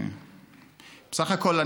בסך הכול,